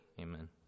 Amen